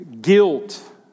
guilt